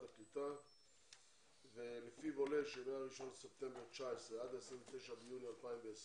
הקליטה ולפיו עולה שמ-1 בספטמבר 19' עד 29 ביוני 2020